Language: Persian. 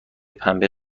پنبه